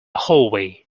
hallway